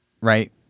right